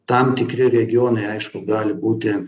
tam tikri regionai aišku gali būti